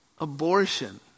Abortion